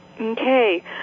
Okay